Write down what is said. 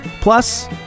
plus